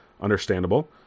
understandable